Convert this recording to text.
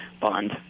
bond